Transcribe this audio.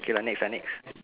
okay lah next lah next